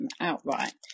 outright